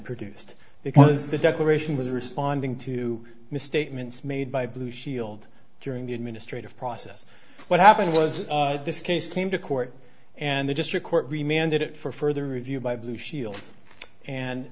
produced because the declaration was responding to misstatements made by blue shield during the administrative process what happened was this case came to court and the district court remained it for further review by blue shield and